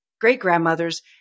great-grandmothers